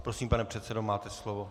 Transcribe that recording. Prosím, pane předsedo, máte slovo.